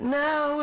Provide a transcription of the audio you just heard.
now